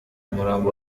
umurambo